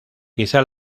quizá